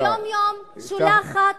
המדינה יום-יום שולחת